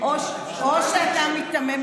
או שאתה מיתמם,